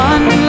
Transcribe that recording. One